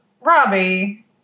Robbie